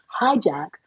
hijack